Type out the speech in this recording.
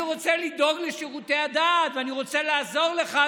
אני רוצה לדאוג לשירותי הדת ואני רוצה לעזור לך,